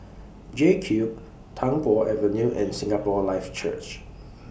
JCube Tung Po Avenue and Singapore Life Church